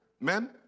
men